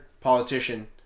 politician